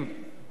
לא דיבורים.